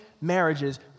marriages